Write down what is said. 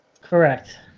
Correct